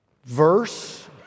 verse